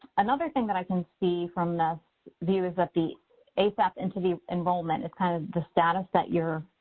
another thing that i can see from this view is that the asap entity enrollment is kind of the status that your,